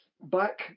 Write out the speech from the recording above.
back